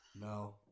No